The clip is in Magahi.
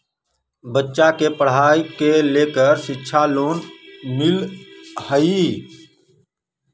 बच्चा के पढ़ाई के लेर शिक्षा लोन मिलहई?